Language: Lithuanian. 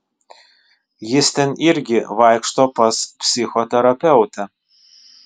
jis ten irgi vaikšto pas psichoterapeutę